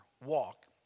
walk